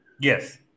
Yes